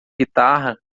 guitarra